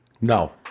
No